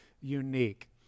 unique